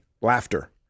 laughter